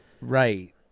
Right